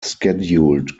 scheduled